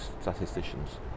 Statisticians